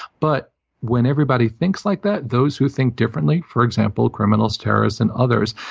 but when everybody thinks like that, those who think differently, for example, criminals, terrorists, and others,